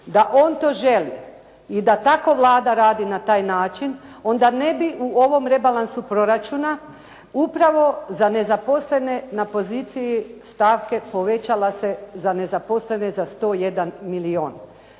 Da on to želi i da tako Vlada radi na taj način onda ne bi u ovom rebalansu proračuna upravo za nezaposlene na poziciji stavke povećala se za nezaposlene za 101 milijun.